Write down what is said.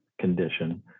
condition